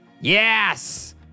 Yes